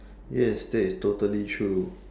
yes that is totally true